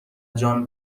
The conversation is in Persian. جان